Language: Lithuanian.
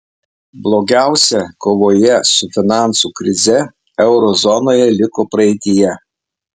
blogiausia kovoje su finansų krize euro zonoje liko praeityje